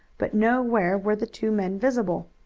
but nowhere were the two men visible.